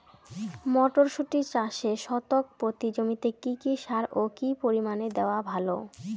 মটরশুটি চাষে শতক প্রতি জমিতে কী কী সার ও কী পরিমাণে দেওয়া ভালো?